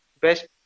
Best